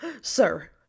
sir